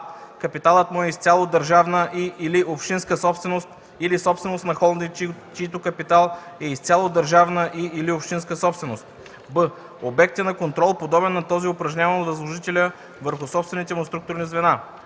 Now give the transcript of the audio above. капиталът му е изцяло държавна и/или общинска собственост или собственост на холдинг, чийто капитал е изцяло държавна и/или общинска собственост; б) обект е на контрол, подобен на този, упражняван от възложителя върху собствените му структурни звена;